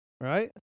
right